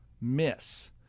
miss